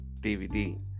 DVD